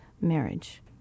marriage